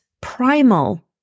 primal